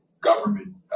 government